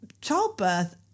childbirth